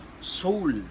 soul